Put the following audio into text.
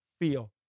feel